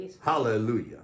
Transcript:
Hallelujah